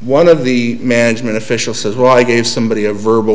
one of the management official says well i gave somebody a verbal